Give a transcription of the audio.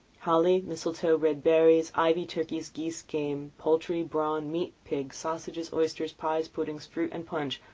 holly, mistletoe, red berries, ivy, turkeys, geese, game, poultry, brawn, meat, pigs, sausages, oysters, pies, puddings, fruit, and punch,